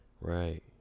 Right